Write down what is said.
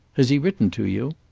has he written to you?